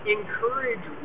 Encourage